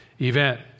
event